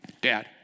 dad